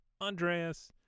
Andreas